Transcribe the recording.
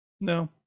No